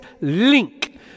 link